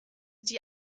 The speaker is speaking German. die